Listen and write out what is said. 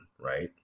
right